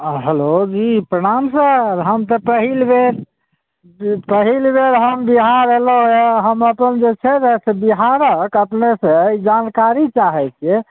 हँ हेलो जी प्रणाम सर हम तऽ पहिल बेर पहिल बेर हम बिहार अएलहुँ अइ हम अपन जे छै ने बिहारके अपनेसँ जानकारी चाहै छिए